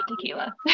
tequila